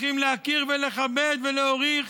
צריכים להכיר ולכבד ולהעריך